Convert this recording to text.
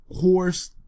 horse